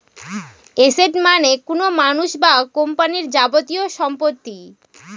asset মানে কোনো মানুষ বা কোম্পানির যাবতীয় সম্পত্তি